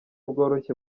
bworoshye